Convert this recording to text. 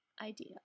idea